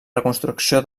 reconstrucció